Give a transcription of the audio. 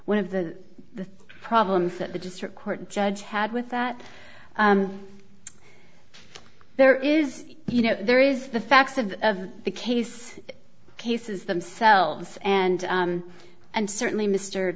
one of the problems that the district court judge had with that there is you know there is the facts of the case cases themselves and and certainly mr